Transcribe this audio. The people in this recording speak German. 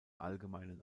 allgemeinen